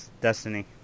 Destiny